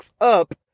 up